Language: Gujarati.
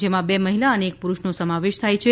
જેમાં બે મહિલા અને એક પુરુષ નો સમાવેશ થાય છે